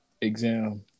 exam